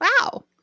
Wow